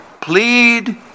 Plead